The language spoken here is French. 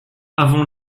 avon